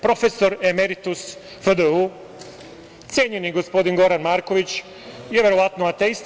Profesor emeritus FDU, cenjeni gospodin Goran Marković je verovatno ateista.